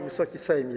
Wysoki Sejmie!